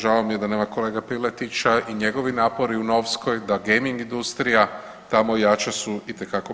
Žao mi je da nema kolege Piletića i njegovi napori u Novskoj da gaming industrija tamo ojača su itekako bi.